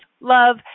love